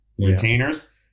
Retainers